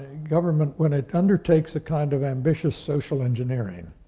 government, when it undertakes a kind of ambitious social engineering,